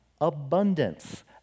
abundance